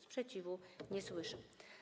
Sprzeciwu nie słyszę.